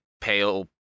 pale